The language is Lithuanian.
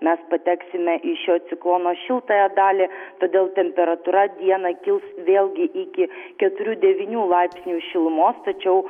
mes pateksime į šio ciklono šiltąją dalį todėl temperatūra dieną kils vėlgi iki keturių devynių laipsnių šilumos tačiau